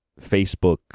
Facebook